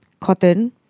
cotton